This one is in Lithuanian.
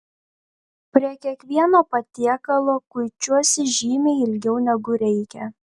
prie kiekvieno patiekalo kuičiuosi žymiai ilgiau negu reikia